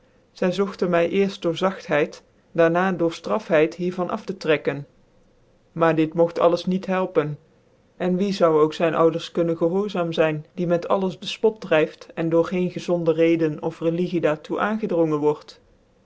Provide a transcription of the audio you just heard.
zy zogtcn my cerft door zagthcid daar na door ftrafheid hier van af te trekken maar dit mogt alles niet helpen cn wie zou ook zyn ouders kunnen gehoorzaam zyn die met alles dc fpot dryft cn door geen gezonde reden of religie daar toe aangedrongen word